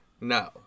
No